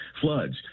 floods